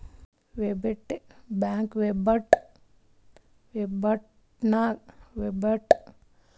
ಬ್ಯಾಂಕ್ದು ವೆಬ್ಸೈಟ್ ನಾಗ್ ಹೋಗಿ ಪಾಸ್ ಬುಕ್ ಅಂದುರ್ ಎಲ್ಲಾ ನಮ್ದು ರೊಕ್ಕಾದ್ ಬಗ್ಗೆ ತೋರಸ್ತುದ್